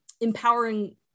empowering